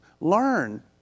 learn